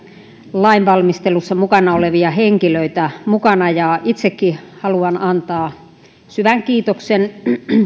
lainvalmistelussa mukana olevia henkilöitä ja itsekin haluan antaa syvän kiitoksen